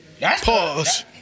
pause